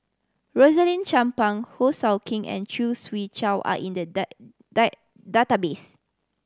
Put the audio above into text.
Rosaline Chan Pang Ho Sou King and Khoo Swee Chiow are in the database